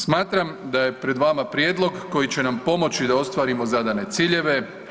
Smatram da je pred vama prijedlog koji će nam pomoći da ostvarimo zadane ciljeve.